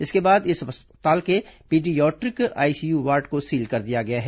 इसके बाद इस अस्पताल के पिडियाट्रिक आईसीयू वार्ड को सील कर दिया गया है